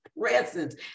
presence